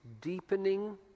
deepening